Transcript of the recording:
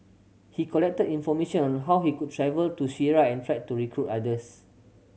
he collected information on how he could travel to Syria and tried to recruit others